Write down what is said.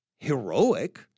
Heroic